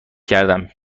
کردم